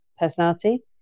personality